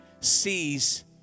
sees